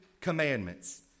commandments